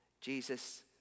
Jesus